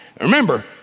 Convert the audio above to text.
Remember